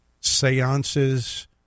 seances